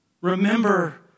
Remember